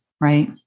right